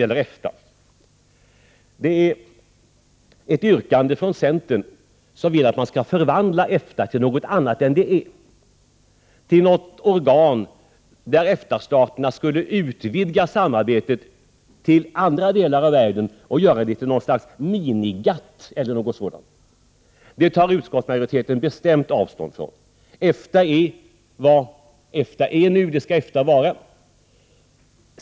Centern framför i ett yrkande att man vill förvandla EFTA till något annat än det är, till ett organ där EFTA-staterna skulle utvidga samarbetet till andra delar av världen och göra EFTA till något slags mini-GATT eller något liknande. Det tar utskottsmajoriteten bestämt avstånd från. EFTA skall förbli vad det är.